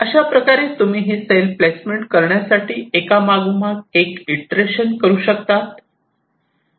अशाप्रकारे तुम्ही ही सेल प्लेसमेंट करण्यासाठी एकामागोमाग एक इटरेशन करू शकतात